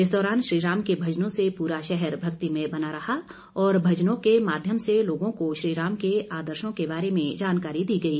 इस दौरान श्रीराम के भजनों से पूरा शहर भक्तिमय बना रहा और भजनों के माध्यम से लोगों को श्रीराम के आदर्शों के बारे में जानकारी दी गई